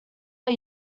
are